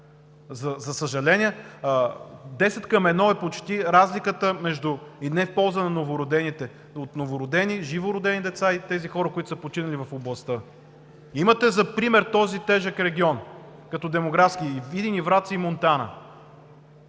За съжаление, десет към едно е почти разликата и не в полза на новородените – от новородени, живородени деца и тези хора, които са починали в областта. Имате за пример този тежък регион като демографски – и Видин, и Враца, и Монтана.